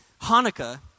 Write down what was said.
Hanukkah